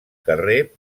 carrer